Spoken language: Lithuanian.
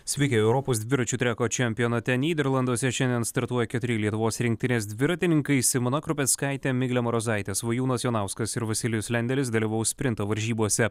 sveiki europos dviračių treko čempionate nyderlanduose šiandien startuoja keturi lietuvos rinktinės dviratininkai simona krupeckaitė miglė marozaitė svajūnas jonauskas ir vasilijus lendelis dalyvaus sprinto varžybose